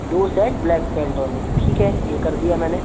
दो set black पेन्टोनिक ठीक है ये कर दिया मैंने